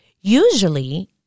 Usually